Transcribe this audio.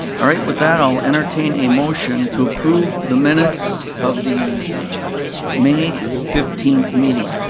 alright, with that i'll entertain a motion to approve the minutes of the may fifteenth meetings.